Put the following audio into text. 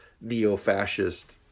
neo-fascist